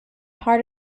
part